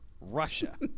Russia